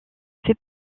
fait